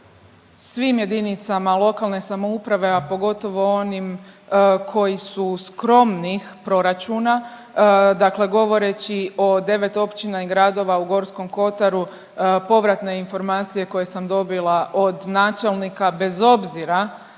svim jedinicama lokalne samouprave, a pogotovo onim koji su skromnih proračuna, dakle govoreći o 9 općina i gradova u Gorskom kotaru, povratne informacije koje sam dobila od načelnika, bez obzira